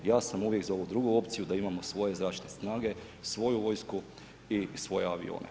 Ja sam uvijek za ovu drugu opciju, da imamo svoje zračne snage, svoju vojsku i svoje avione.